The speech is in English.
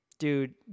Dude